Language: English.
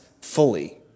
fully